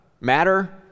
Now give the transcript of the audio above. Matter